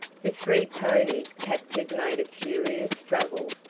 the three ponies captured made a furious struggle,